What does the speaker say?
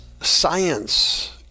science